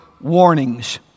warnings